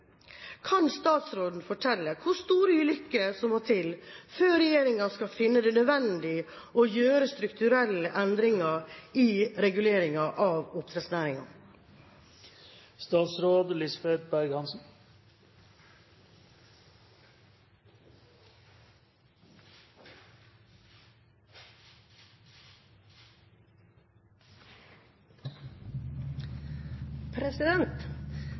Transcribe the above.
Kan statsråden fortelle hvor store ulykker som må til før regjeringen skal finne det nødvendig å gjøre strukturelle endringer i reguleringen av